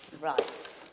Right